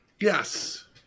Yes